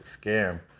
Scam